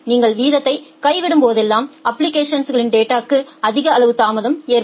நீங்கள் வீதத்தை கைவிடும்போதெல்லாம் அப்ப்ளிகேஷன்ஸ் டேட்டாக்கு அதிக அளவு தாமதம் ஏற்படும்